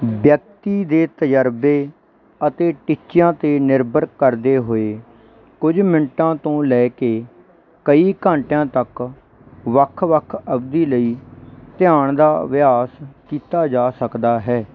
ਵਿਅਕਤੀ ਦੇ ਤਜ਼ਰਬੇ ਅਤੇ ਟੀਚਿਆਂ 'ਤੇ ਨਿਰਭਰ ਕਰਦੇ ਹੋਏ ਕੁਝ ਮਿੰਟਾਂ ਤੋਂ ਲੈ ਕੇ ਕਈ ਘੰਟਿਆਂ ਤੱਕ ਵੱਖ ਵੱਖ ਅਵਧੀ ਲਈ ਧਿਆਨ ਦਾ ਅਭਿਆਸ ਕੀਤਾ ਜਾ ਸਕਦਾ ਹੈ